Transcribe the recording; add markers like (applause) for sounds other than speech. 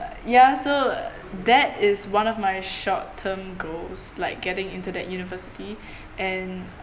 ya so that is one of my short term goals like getting into that university (breath) and